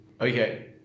Okay